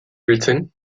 biltzen